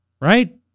Right